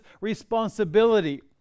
responsibility